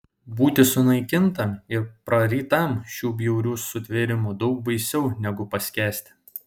būti sunaikintam ir prarytam šių bjaurių sutvėrimų daug baisiau negu paskęsti